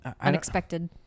Unexpected